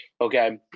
Okay